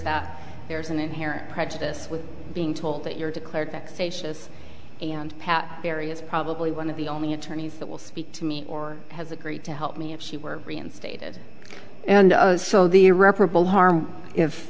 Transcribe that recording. that there's an inherent prejudice with being told that you're declared vexatious and barry is probably one of the only attorneys that will speak to me or has agreed to help me if she were reinstated and so the irreparable harm if